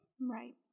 Right